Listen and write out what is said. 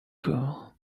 cool